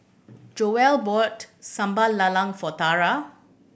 Joye bought Sambal Lala for Tara